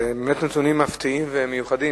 באמת נתונים מפתיעים ומיוחדים.